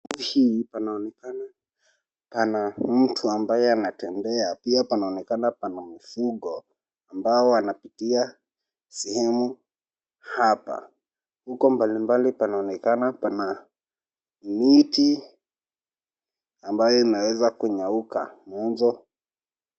Hii panaonekana pana mtu ambaye anatembea pia panaonekana pana mfugo ambao wanapitia sehemu hapa. Huko mbali mbali panaonekana pana miti ambayo yanaweza kunyauka.